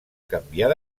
canviar